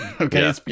okay